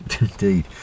Indeed